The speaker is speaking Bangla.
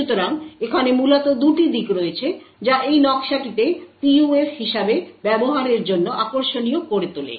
সুতরাং এখানে মূলত 2টি দিক রয়েছে যা এই নকশাটিকে PUF হিসাবে ব্যবহারের জন্য আকর্ষণীয় করে তোলে